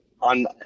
on